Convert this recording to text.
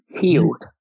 Healed